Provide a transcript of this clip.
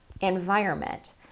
environment